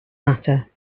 matter